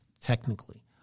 technically